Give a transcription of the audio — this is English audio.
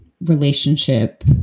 relationship